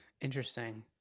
Interesting